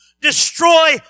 Destroy